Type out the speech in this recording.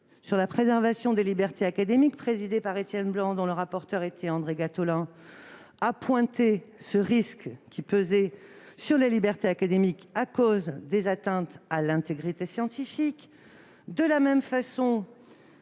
sur la préservation des libertés académiques, présidée par Étienne Blanc, et dont le rapporteur était André Gattolin, a souligné le risque qui pesait sur les libertés académiques à cause des atteintes à l'intégrité scientifique. De la même façon,